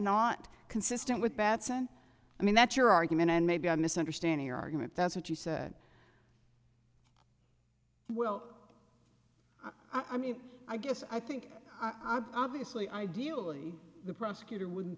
not consistent with batson i mean that's your argument and maybe i'm misunderstanding your argument that's what she said well i mean i guess i think i'm obviously ideally the prosecutor wouldn't